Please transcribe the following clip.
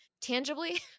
tangibly